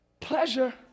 pleasure